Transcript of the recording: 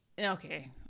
Okay